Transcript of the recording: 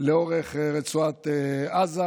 לאורך רצועת עזה,